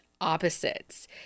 opposites